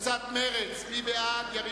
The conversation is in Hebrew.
מי בעד הסתייגויותיה של חברת הכנסת תירוש,